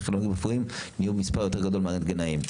מספר הטכנולוגים הרפואיים נהיה יותר גדול מהרנטגנאים,